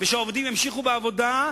והעובדים ימשיכו בעבודה,